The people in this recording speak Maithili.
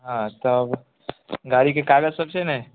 हँ तब गाड़ीके कागज सब छै ने